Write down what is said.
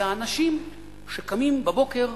זה האנשים שקמים בבוקר,